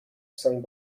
sung